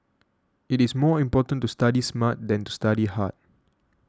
it is more important to study smart than to study hard